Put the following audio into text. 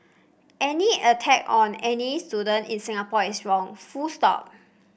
any attack on any student in Singapore is wrong full stop